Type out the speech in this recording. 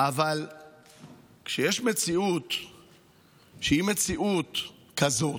אבל כשיש מציאות שהיא מציאות כזאת,